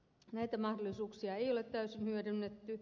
näitä mahdollisuuksia ei ole täysin hyödynnetty